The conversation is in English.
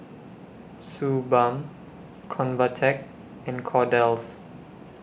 Suu Balm Convatec and Kordel's